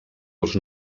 els